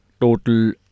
total